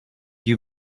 you